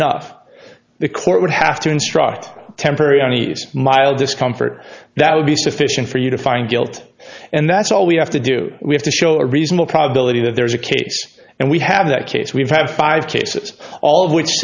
enough the court would have to instruct temporary arnie's mild discomfort that would be sufficient for you to find guilt and that's all we have to do we have to show a reasonable probability that there is a case and we have that case we've had five cases all of which